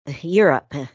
Europe